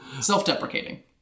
self-deprecating